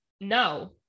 No